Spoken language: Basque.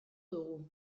dugu